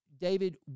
David